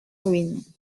ruines